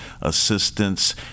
assistance